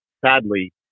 sadly